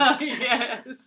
Yes